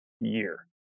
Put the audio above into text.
year